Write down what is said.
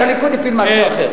את הליכוד הפיל משהו אחר.